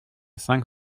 cinq